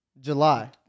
July